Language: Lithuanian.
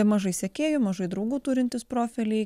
mažai sekėjų mažai draugų turintys profiliai